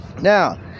now